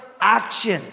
action